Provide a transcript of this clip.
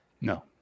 No